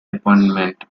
appointment